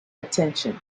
attention